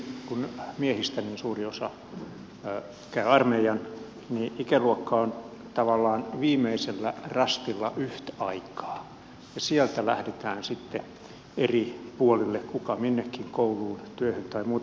etenkin kun miehistä niin suuri osa käy armeijan niin ikäluokka on tavallaan viimeisellä rastilla yhtaikaa ja sieltä lähdetään sitten eri puolille kuka minnekin kouluun työhön tai muuta vastaavaa